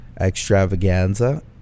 extravaganza